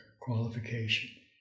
qualification